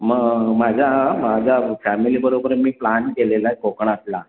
मग माझ्या माझ्या फॅमिलीबरोबर मी प्लान केलेला आहे कोकणातला